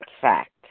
fact